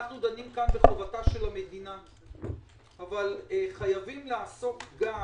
אנחנו דנים כאן בחובתה של המדינה אבל חייבים לעסוק גם